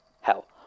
Hell